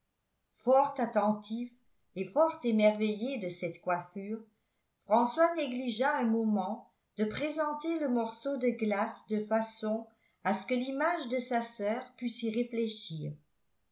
fort attentif et fort émerveillé de cette coiffure françois négligea un moment de présenter le morceau de glace de façon à ce que l'image de sa soeur pût s'y réfléchir